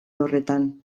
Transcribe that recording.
horretan